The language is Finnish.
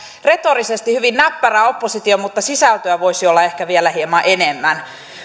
retorisesti hyvin näppärä oppositio mutta sisältöä voisi olla ehkä vielä hieman enemmän